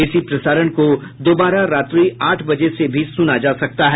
इसी प्रसारण को दोबारा रात्रि आठ बजे से भी सुना जा सकता है